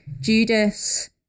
Judas